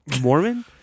Mormon